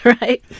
Right